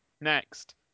next